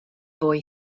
boy